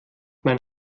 mein